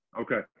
Okay